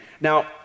Now